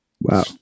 Wow